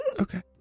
okay